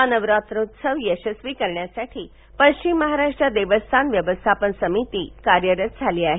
हा नवरात्रौत्सव यशस्वी करण्यासाठी पश्चिम महाराष्ट्र देवस्थान व्यवस्थापन समिती कार्यरत झाली आहे